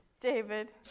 David